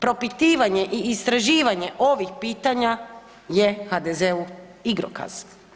Propitivanje i istraživanje ovih pitanja je HDZ-u igrokaz.